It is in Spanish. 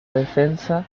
defensa